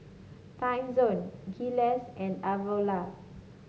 Timezone Gelare and Avalon